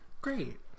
Great